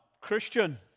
Christian